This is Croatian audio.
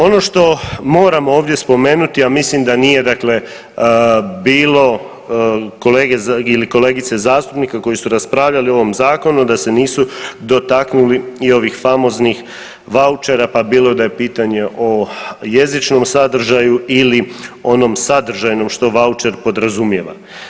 Ono što moram ovdje spomenuti, a mislim da nije, dakle bilo kolege ili kolegice zastupnika koji su raspravljali o ovom zakonu, da se nisu dotaknuli i ovih famoznih vouchera pa bilo da je pitanje o jezičnom sadržaju ili onom sadržajnom što voucher podrazumijeva.